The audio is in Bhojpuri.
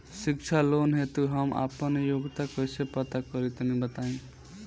शिक्षा लोन हेतु हम आपन योग्यता कइसे पता करि तनि बताई?